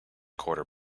quarter